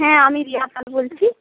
হ্যাঁ আমি রিয়া পাল বলছি